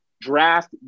draft